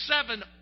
seven